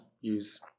use